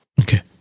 okay